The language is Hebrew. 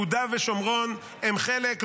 שיהודה ושומרון הם חלק,